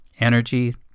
energy